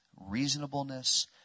reasonableness